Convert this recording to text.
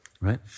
right